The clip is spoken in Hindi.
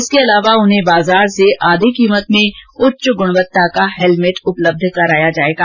इसके अलावा उन्हें बाजार से आधी कीमत में उच्च गुणवत्ता का हेलमेट उपलब्ध कराया जाएगा